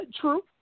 true